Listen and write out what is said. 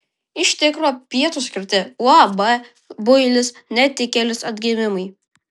iš tikro pietūs skirti uab builis netikėlis atgimimui